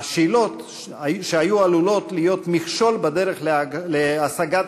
השאלות שהיו עלולות להיות מכשול בדרך להשגת